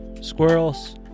squirrels